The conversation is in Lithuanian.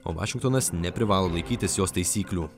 o vašingtonas neprivalo laikytis jos taisyklių